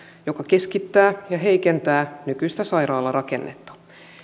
joka keskittää ja heikentää nykyistä sairaalarakennetta